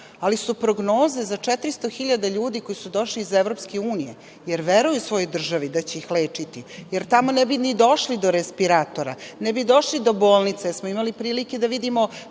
ali su prognoze za 400.000 ljudi koji su došli iz Evropske unije, jer veruju svojoj državi da će ih lečiti, jer tamo ne bi ni došli do respiratora, ne bi došli do bolnice, jer smo imali prilike da vidimo